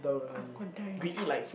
I'm gonna die anyway